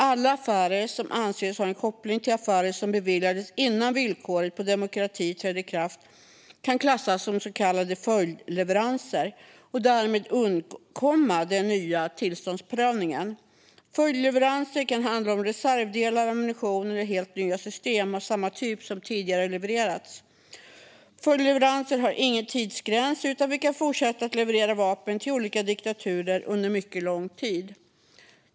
Alla affärer som anses ha en koppling till affärer som beviljades innan demokrativillkoret trädde i kraft kan klassas som så kallade följdleveranser och därmed undkomma den nya tillståndsprövningen. Följdleveranser kan handla om reservdelar, ammunition eller helt nya system av samma typ som tidigare levererats. Följdleveranser har ingen tidsgräns, utan vi kan fortsätta att leverera vapen till olika diktaturer under mycket lång tid.